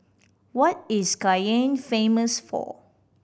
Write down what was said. what is Cayenne famous for